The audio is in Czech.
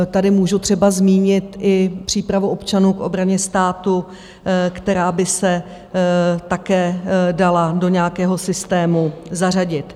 Tady můžu třeba zmínit i přípravu občanů k obraně státu, která by se také dala do nějakého systému zařadit.